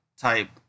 type